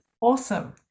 Awesome